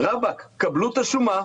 רבאק, קבלו את השומה,